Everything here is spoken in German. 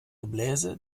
gebläse